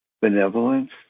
benevolence